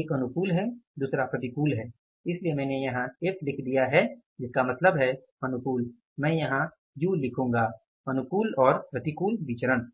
एक अनुकूल है दूसरा प्रतिकूल है इसलिए मैंने यहां एफ लिख दिया है और मैं यहां यू लिखूंगा अनुकूल और प्रतिकूल विचरण